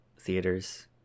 theaters